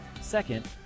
Second